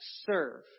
serve